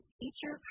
teacher